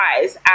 guys